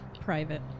Private